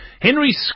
Henry